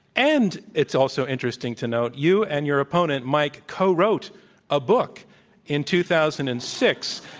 and it's also interesting to note, you and your opponent mike co wrote a book in two thousand and six.